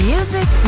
Music